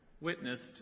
witnessed